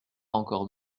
encore